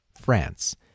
France